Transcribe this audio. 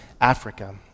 Africa